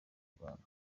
rwanda